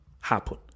happen